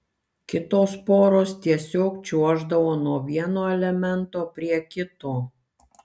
kitos poros tiesiog čiuoždavo nuo vieno elemento prie kito